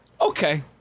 Okay